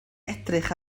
edrych